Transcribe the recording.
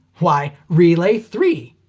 why, relay three!